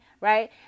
right